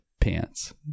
pants